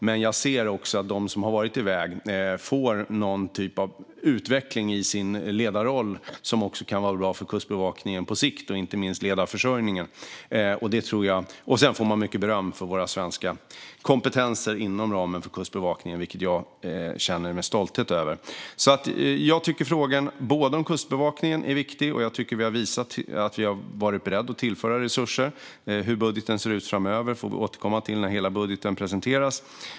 Men jag ser också att de som har varit iväg får någon typ av utveckling i sin ledarroll, vilket kan vara bra för Kustbevakningen på sikt och inte minst leda försörjningen. Sedan får man mycket beröm för våra svenska kompetenser inom ramen för Kustbevakningen, vilket jag känner stolthet över. Jag tycker att frågan om Kustbevakningen är viktig, och jag tycker att vi har visat att vi varit beredda att tillföra resurser. Hur budgeten ser ut framöver får vi återkomma till när hela budgeten presenteras.